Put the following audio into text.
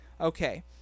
Okay